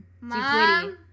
Mom